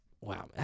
Wow